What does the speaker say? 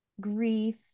grief